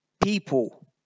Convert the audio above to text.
people